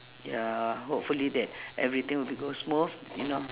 ya hopefully that everything will be go smooth you know